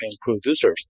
producers